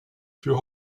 für